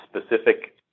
specific